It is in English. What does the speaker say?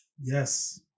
Yes